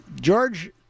George